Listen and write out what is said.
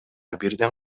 бирден